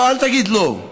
לא, אל תגיד לא.